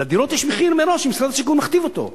לדירות יש מחיר מראש, משרד השיכון מכתיב אותו.